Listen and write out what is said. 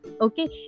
Okay